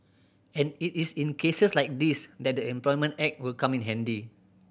and it is in cases like these that the Employment Act will come in handy